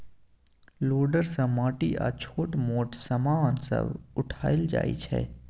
loader सँ माटि आ छोट मोट समान सब उठाएल जाइ छै